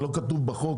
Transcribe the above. לא כתוב בחוק,